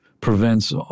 prevents